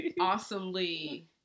Awesomely